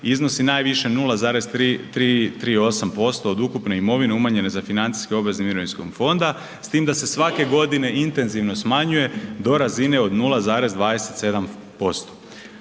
iznosi najviše 0,38% od ukupne imovine umanjene za financijske obveze mirovinskog fonda s tim da se svake godine intenzivno smanjuje do razine od 0,27%.